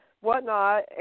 whatnot